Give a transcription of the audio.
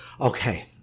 Okay